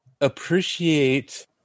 appreciate